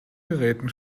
geräten